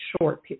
short